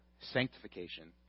sanctification